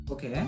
Okay